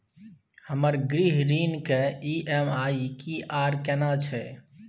हमर गृह ऋण के ई.एम.आई की आर केना छै?